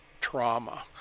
trauma